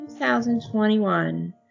2021